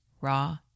raw